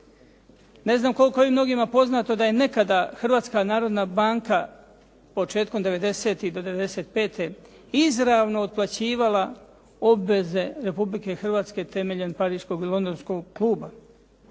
Ne znam koliko je mnogima poznato da je nekada Hrvatska narodna banka početkom '90.-ih do '95. izravno otplaćivala obveze Republike Hrvatske temeljem Pariškog i Londonskog kluba